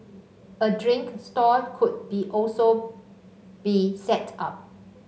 a drink stall could be also be set up